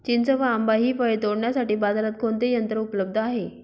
चिंच व आंबा हि फळे तोडण्यासाठी बाजारात कोणते यंत्र उपलब्ध आहे?